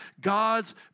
God's